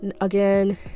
again